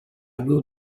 will